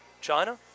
china